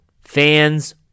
fans